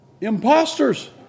Imposters